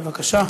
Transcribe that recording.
בבקשה.